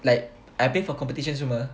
like I pay for competition semua